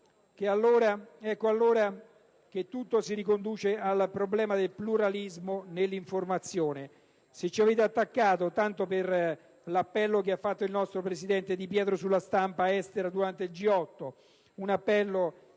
Ecco allora che tutto si riconduce al problema del pluralismo nell'informazione. Se ci avete attaccato tanto per l'appello che ha fatto il nostro presidente Di Pietro sulla stampa estera durante il G8, un appello che